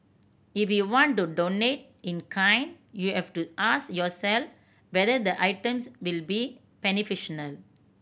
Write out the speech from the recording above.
if you want to donate in kind you have to ask yourself whether the items will be beneficial no